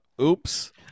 oops